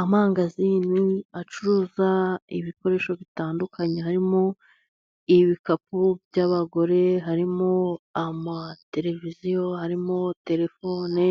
Amangazini acuruza ibikoresho bitandukanye, harimo ibikapu by'abagore, harimo amatereviziyo, harimo terefone